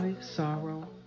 sorrow